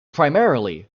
primarily